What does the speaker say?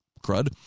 crud